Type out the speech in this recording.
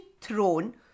thrown